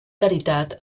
caritat